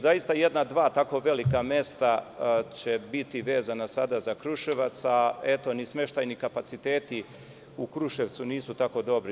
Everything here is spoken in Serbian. Zaista, jedna tako dva velika mesta će biti vezana sada za Kruševac, gde ni smeštajni kapaciteti u Kruševcu nisu tako dobri.